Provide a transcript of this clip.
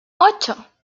ocho